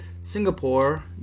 Singapore